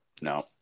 No